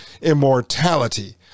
immortality